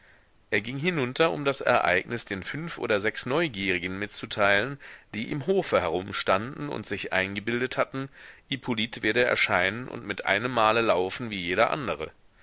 er ging hinunter um das ereignis den fünf oder sechs neugierigen mitzuteilen die im hofe herumstanden und sich eingebildet hatten hippolyt werde erscheinen und mit einem male laufen wie jeder andere